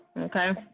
Okay